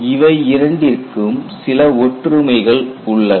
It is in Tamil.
இவ்வாறு இவை இரண்டிற்கும் சில ஒற்றுமைகள் உள்ளன